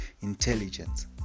intelligence